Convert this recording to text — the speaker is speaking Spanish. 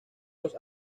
los